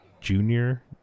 Junior